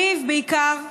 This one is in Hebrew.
בעיקר לריב.